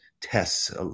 tests